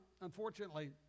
unfortunately